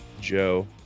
Joe